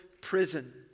prison